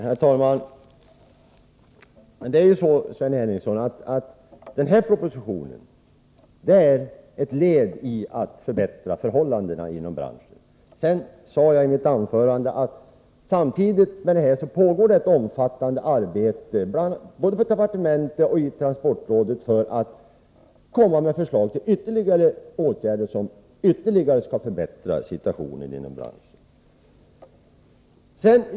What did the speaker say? Herr talman! Det är så, Sven Henricsson, att denna proposition är ett led i att förbättra förhållandena inom branschen. Jag sade i mitt anförande att det också pågår ett omfattande arbete både på departementet och i transportrådet för att komma med förslag till åtgärder som ytterligare skall förbättra situationen inom branschen.